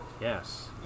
Yes